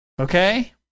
okay